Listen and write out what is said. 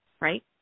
right